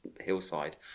hillside